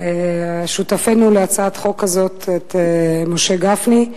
ושל שותפנו להצעת החוק הזאת משה גפני,